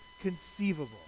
conceivable